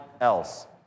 else